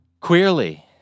Queerly